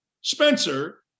Spencer